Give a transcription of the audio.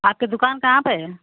आपकी दुकान कहाँ पे है